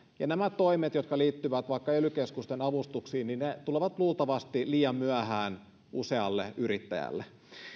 ja nämä toimet jotka liittyvät vaikka ely keskusten avustuksiin tulevat luultavasti liian myöhään usealle yrittäjälle